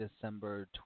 december